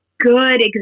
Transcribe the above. good